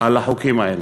על החוקים האלה.